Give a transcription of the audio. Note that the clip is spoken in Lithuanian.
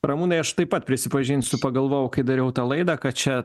ramūnai aš taip pat prisipažinsiu pagalvojau kai dariau tą laidą kad čia